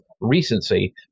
recency